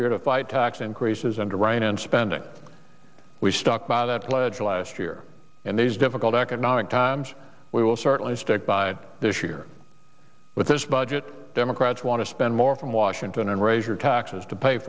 year to fight tax increases and to rein in spending we stuck by that pledge last year in these difficult economic times we will certainly stick by this year with this budget democrats want to spend more from washington and raise your taxes to pay